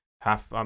Half